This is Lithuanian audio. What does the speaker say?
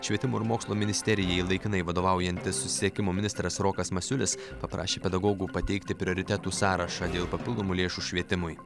švietimo ir mokslo ministerijai laikinai vadovaujantis susisiekimo ministras rokas masiulis paprašė pedagogų pateikti prioritetų sąrašą dėl papildomų lėšų švietimui